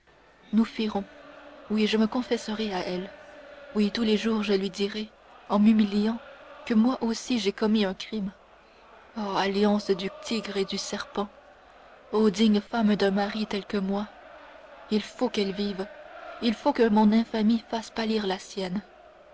nous fuirons oui je me confesserai à elle oui tous les jours je lui dirai en m'humiliant que moi aussi j'ai commis un crime oh alliance du tigre et du serpent oh digne femme d'un mari tel que moi il faut qu'elle vive il faut que mon infamie fasse pâlir la sienne